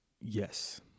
yes